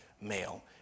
male